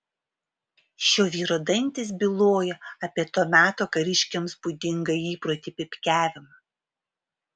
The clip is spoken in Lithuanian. šio vyro dantys byloja apie to meto kariškiams būdingą įprotį pypkiavimą